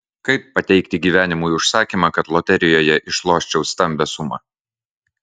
kaip pateikti gyvenimui užsakymą kad loterijoje išloščiau stambią sumą